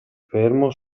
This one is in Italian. fermo